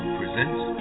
presents